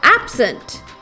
absent